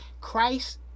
Christ